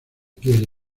quiere